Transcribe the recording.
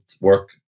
work